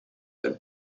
and